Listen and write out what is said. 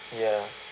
ya